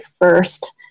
first